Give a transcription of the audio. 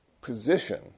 position